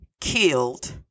killed